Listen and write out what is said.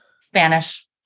Spanish